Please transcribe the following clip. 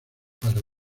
para